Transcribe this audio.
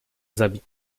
zabić